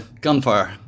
gunfire